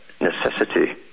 necessity